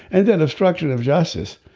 and then obstruction of justice.